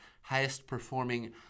highest-performing